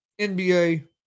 NBA